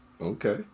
okay